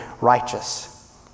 righteous